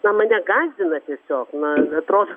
čia mane gąsdina tiesiog na atrodo